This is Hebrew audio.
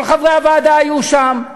כל חברי הוועדה היו שם,